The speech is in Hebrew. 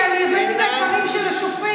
כי אני הבאתי את הדברים של השופט.